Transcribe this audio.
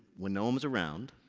when no one was around,